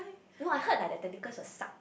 no I heard like that tactical is a suck